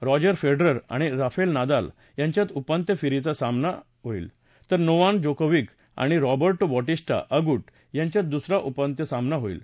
Roger Federer आणि Rafael Nadal यांच्यात उपांत्य फेरीचा पहिला सामना होईल तर नोवाक जोकोविच आणि रॉर्बटो बॉटीस्टा अगुट यांच्यात दुसरा उपांत्य सामना होईल